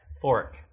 Fork